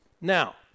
now